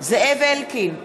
זאב אלקין,